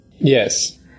Yes